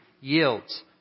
yields